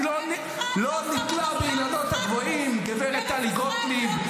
--- לא נתלה באילנות הגבוהים, גב' טלי גוטליב.